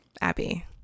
Abby